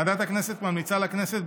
ועדת הכנסת ממליצה לכנסת,